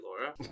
Laura